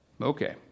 Okay